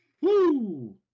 Woo